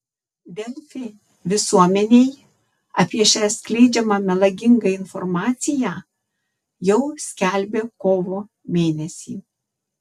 delfi visuomenei apie šią skleidžiamą melagingą informaciją jau skelbė kovo mėnesį